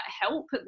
help